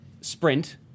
Sprint